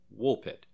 Woolpit